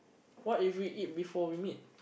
what if we eat before we meet